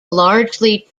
largely